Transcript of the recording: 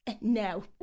No